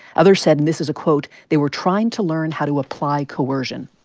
others said and this is a quote they were trying to learn how to apply coercion.